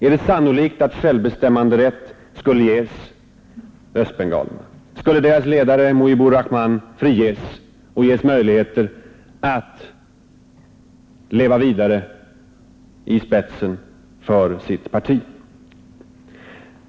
Är det sannolikt att självbestämmanderätt skulle ges östbengalerna? Skulle deras ledare Mujibar Rahman friges och få möjligheter att leva och arbeta vidare i spetsen för sitt parti?